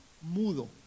mudo